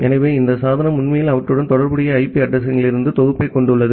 எனவே இந்த சாதனம் உண்மையில் அவற்றுடன் தொடர்புடைய ஐபி அட்ரஸிங் களின் தொகுப்பைக் கொண்டுள்ளது